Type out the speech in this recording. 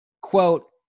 quote